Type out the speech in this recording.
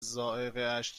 ذائقهاش